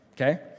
okay